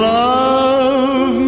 love